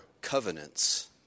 covenants